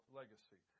legacy